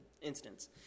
instance